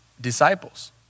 disciples